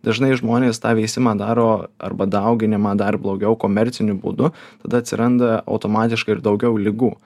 dažnai žmonės tą veisimą daro arba dauginimą dar blogiau komerciniu būdu tada atsiranda automatiškai ir daugiau ligų